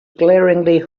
glaringly